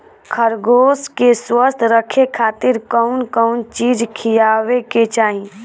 खरगोश के स्वस्थ रखे खातिर कउन कउन चिज खिआवे के चाही?